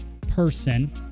person